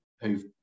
who've